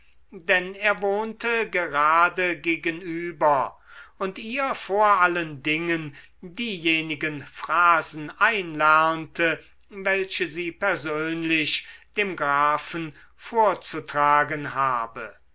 denn er wohnte gerade gegenüber und ihr vor allen dingen diejenigen phrasen einlernte welche sie persönlich dem grafen vorzutragen habe